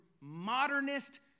modernist